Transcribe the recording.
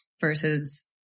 versus